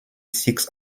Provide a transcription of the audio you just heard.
six